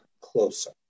closer